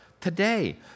today